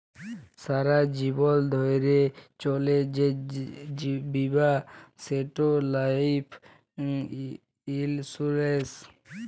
সারা জীবল ধ্যইরে চলে যে বীমা সেট লাইফ ইলসুরেল্স